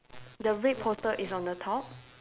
the red poster is on the top